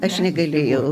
aš negalėjau